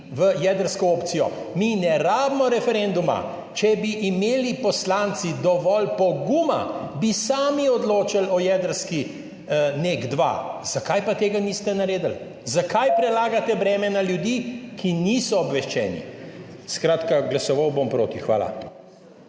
v jedrsko opcijo. Mi ne rabimo referenduma. Če bi imeli poslanci dovolj poguma, bi sami odločali o jedrski NEK2. Zakaj pa tega niste naredili? Zakaj prelagate breme na ljudi, ki niso obveščeni? Skratka, glasoval bom proti. Hvala.